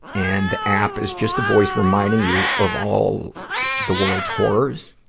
and the app is just a voice reminding you of all the world's horrors,